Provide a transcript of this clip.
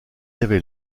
avait